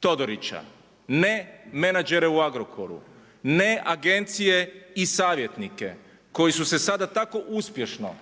Todorića, ne menadžere u Agrokoru, ne agencije i savjetnike, koji su se sada tako uspješno